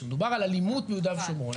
כשמדובר על אלימות ביהודה ושומרון,